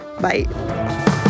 Bye